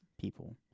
people